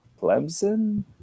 Clemson